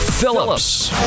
Phillips